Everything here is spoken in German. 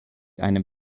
einem